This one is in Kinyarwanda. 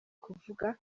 kuvuga